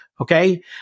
Okay